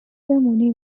بمونی